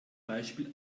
beispiel